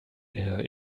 der